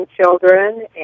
children